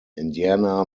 indiana